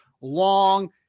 long